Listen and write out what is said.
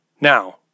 Now